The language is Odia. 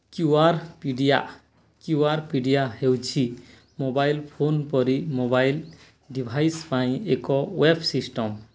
କ୍ୟୁ ଆର୍ ପିଡ଼ିଆ କ୍ୟୁ ଆର୍ ପିଡ଼ିଆ ହେଉଛି ମୋବାଇଲ୍ ଫୋନ୍ ପରି ମୋବାଇଲ୍ ଡିଭାଇସ୍ ପାଇଁ ଏକ ୱେବ୍ ସିଷ୍ଟମ୍